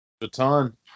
baton